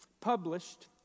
published